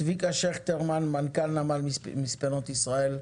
צביקה שכטרמן, מנכ"ל נמל מספנות ישראל,